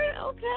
Okay